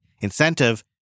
incentive